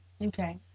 Okay